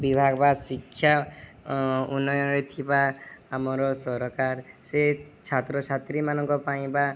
ବିଭାଗ ବା ଶିକ୍ଷା ଉନ୍ନୟରେ ଥିବା ଆମର ସରକାର ସେ ଛାତ୍ରଛାତ୍ରୀମାନଙ୍କ ପାଇଁ ବା